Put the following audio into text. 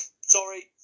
sorry